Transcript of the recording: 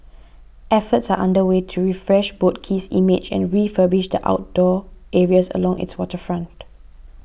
efforts are under way to refresh Boat Quay's image and refurbish the outdoor areas along its waterfront